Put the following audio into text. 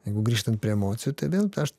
jeigu grįžtant prie emocijų tai vėl tai aš